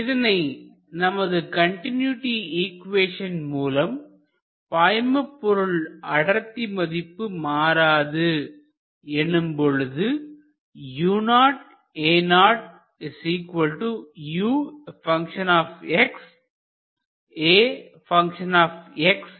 இதனை நமது continuity equation மூலம் பாய்மபொருள் அடர்த்தி மதிப்பு மாறாது எனும்பொழுது என்று எழுதலாம் There is no acceleration along other any other direction because it is just a one dimensional flow